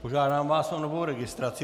Požádám vás o novou registraci.